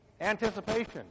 Anticipation